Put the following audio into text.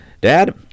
Dad